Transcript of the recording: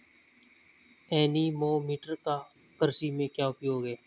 Anemometer का कृषि में क्या उपयोग है?